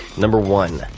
number one,